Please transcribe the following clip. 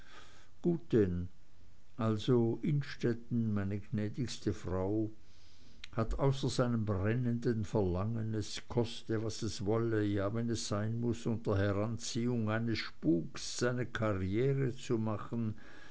denn also innstetten meine gnädigste frau hat außer seinem brennenden verlangen es koste was es wolle ja wenn es sein muß unter heranziehung eines spuks seine karriere zu machen